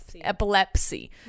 epilepsy